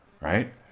right